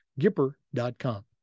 Gipper.com